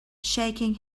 shaking